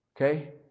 Okay